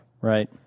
Right